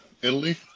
Italy